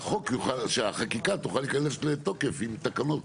שהחקיקה תוכל להיכנס לתוקף עם תקנות.